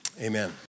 amen